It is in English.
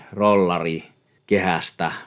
rollari-kehästä